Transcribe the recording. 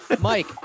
Mike